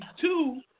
two